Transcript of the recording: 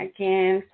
Again